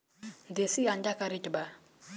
देशी अंडा का रेट बा?